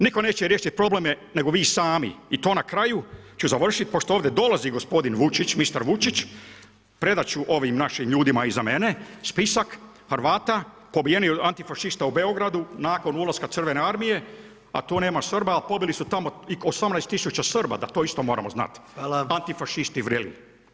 Nitko neće riješit probleme nego vi sami i to na kraju ću završit, pošto ovdje dolazi gospodin Vučić, mister Vučić predat ću ovim našim ljudima iza mene spisak Hrvata pobijenih od antifašista u Beogradu nakon ulaska Crvene armije, a tu nema Srba, a pobili su tamo 18000 Srba da to isto moramo znati, antifašisti vreli.